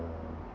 uh